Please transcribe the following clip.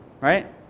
right